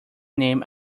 name